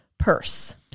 purse